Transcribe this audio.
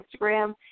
Instagram